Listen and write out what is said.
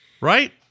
Right